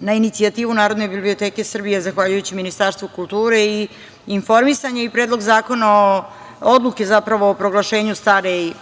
na inicijativu Narodne biblioteke Srbije, a zahvaljujući Ministarstvu kulture i informisanja, i Predlog odluke o proglašenju stare